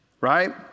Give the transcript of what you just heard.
Right